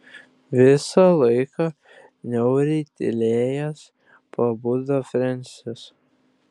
visą laiką niauriai tylėjęs pabudo frensis